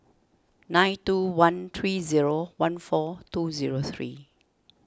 nine two one three zero one four two zero three